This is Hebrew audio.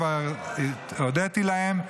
כבר הודיתי להם,